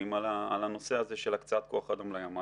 על הנושא הזה של הקצאת כוח אדם לימ"לים.